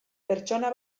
pertsona